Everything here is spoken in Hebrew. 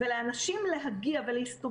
גם לאנשים במלוניות,